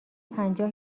پنجاه